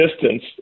distance